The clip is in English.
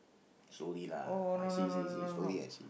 sorry lah I see see see sorry actually